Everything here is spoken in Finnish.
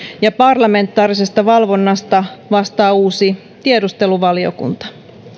ja parlamentaarisesta valvonnasta vastaa uusi tiedusteluvaliokunta